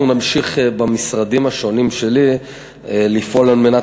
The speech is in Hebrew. אנחנו נמשיך במשרדים השונים שלי לפעול כדי